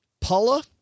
Paula